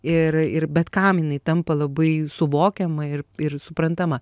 ir ir bet kam jinai tampa labai suvokiama ir ir suprantama